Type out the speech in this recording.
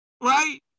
Right